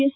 S